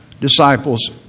disciples